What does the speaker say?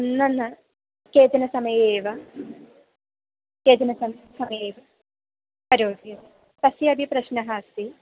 न न केचन समये एव केचन सम् समये एव करोति तस्यापि प्रश्नः अस्ति